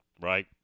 right